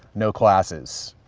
no classes.